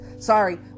Sorry